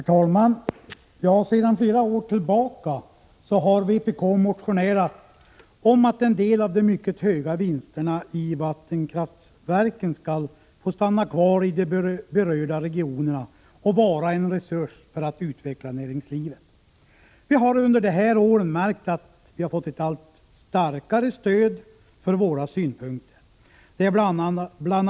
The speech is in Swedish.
Herr talman! Sedan flera år tillbaka har vpk motionerat om att en del av de mycket höga vinsterna i vattenkraftverken skall få stanna kvar i de berörda regionerna och vara en resurs för att utveckla näringslivet. Vi har under de här åren märkt att vi har fått ett allt starkare stöd för våra synpunkter. Bl.